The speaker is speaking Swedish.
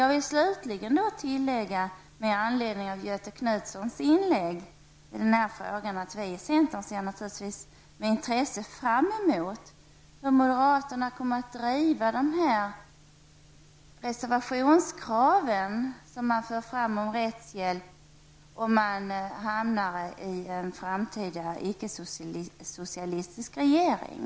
Jag vill slutligen tillägga, med anledning av Göthe Knutsons inlägg, att vi i centern naturligtvis med intresse ser fram emot att moderaterna kommer att driva reservationskraven om rättshjälp, om de hamnar i en framtida icke-socialistisk regering.